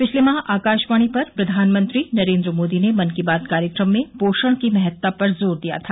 पिछले माह आकाशवाणी पर प्रधानमंत्री नरेन्द्र मोदी ने मन की बात कार्यक्रम में पोषण की महत्ता पर जोर दिया था